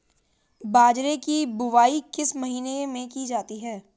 बाजरे की बुवाई किस महीने में की जाती है?